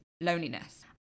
Loneliness